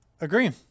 Agree